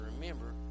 remember